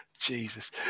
Jesus